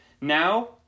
Now